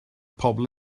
pobl